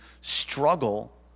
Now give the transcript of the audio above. struggle